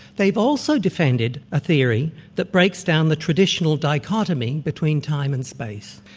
they've also defended a theory that breaks down the traditional dichotomy between time and space.